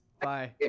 Bye